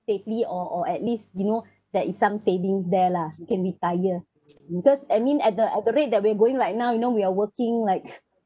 safely or or at least you know there is some savings there lah can retire mm cause I mean at the at the rate that we're going right now you know we are working like